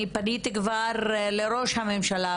אני פניתי כבר לראש הממשלה,